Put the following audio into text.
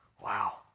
Wow